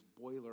boiler